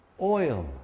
oil